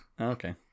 okay